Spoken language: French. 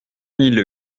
mille